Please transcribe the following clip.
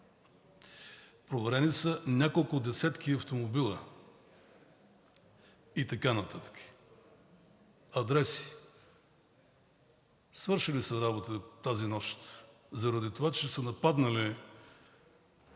590 лица, няколко десетки автомобила и така нататък, адреси, свършили са работа тази нощ, заради това, че са нападнали